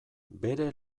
bere